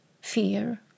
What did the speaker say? fear